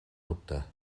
dubte